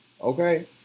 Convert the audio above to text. okay